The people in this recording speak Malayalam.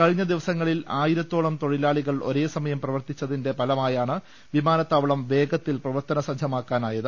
കഴിഞ്ഞ ദിവസങ്ങളിൽ ആയിരത്തോളം തൊഴിലാളികൾ ഒരേസമയം പ്രവർത്തിച്ചതിന്റെ ഫലമായാണ് വിമാനത്താവളം വേഗത്തിൽ പ്രവർത്തന സജ്ജമാക്കാനായത്